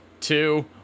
two